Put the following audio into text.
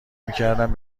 میکردم